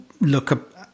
look